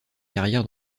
carrière